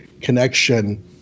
connection